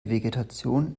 vegetation